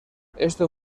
esto